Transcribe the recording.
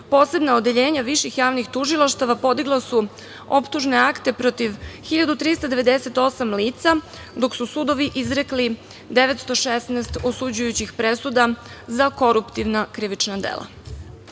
posebna odeljenja viših javnih tužilaštava podigla su optužne akte protiv 1.398 lica, dok su sudovi izrekli 916 osuđujućih presuda za koruptivna krivična dela. Zakon